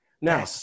Now